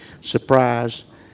Surprise